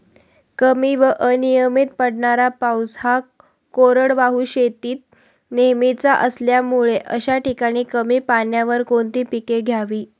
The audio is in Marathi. कमी व अनियमित पडणारा पाऊस हा कोरडवाहू शेतीत नेहमीचा असल्यामुळे अशा ठिकाणी कमी पाण्यावर कोणती पिके घ्यावी?